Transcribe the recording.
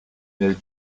nel